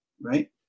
right